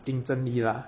竞争力 lah